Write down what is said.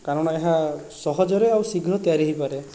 କାରଣ ଏହା ସହଜରେ ଆଉ ଶୀଘ୍ର ତିଆରି ହେଇପାରେ